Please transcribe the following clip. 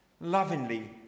lovingly